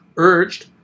urged